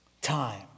time